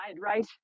right